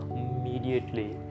immediately